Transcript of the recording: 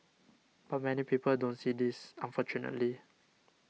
but many people don't see this unfortunately